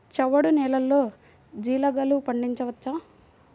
చవుడు నేలలో జీలగలు పండించవచ్చా?